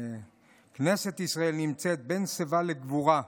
כנסת ישראל נמצאת בין שיבה לגבורה.